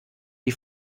die